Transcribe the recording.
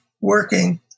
working